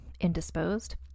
indisposed